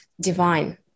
divine